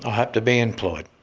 i hope to be employed.